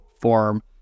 form